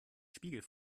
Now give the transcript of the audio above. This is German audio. spiegel